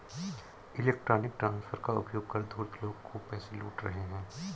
electronic transfer का उपयोग कर धूर्त लोग खूब पैसे लूट रहे हैं